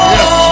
Yes